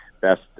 best